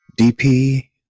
DP